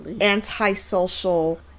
anti-social